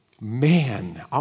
Man